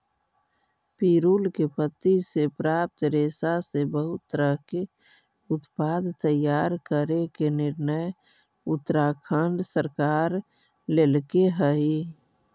पिरुल के पत्ति से प्राप्त रेशा से बहुत तरह के उत्पाद तैयार करे के निर्णय उत्तराखण्ड सरकार लेल्के हई